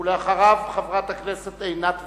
ולאחריו, חברת הכנסת עינת וילף.